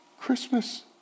Christmas